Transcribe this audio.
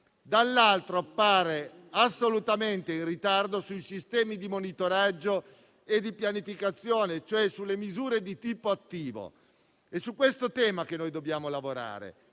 dall'altro appare assolutamente in ritardo sui sistemi di monitoraggio e di pianificazione, cioè sulle misure di tipo attivo. È su questo tema che dobbiamo lavorare.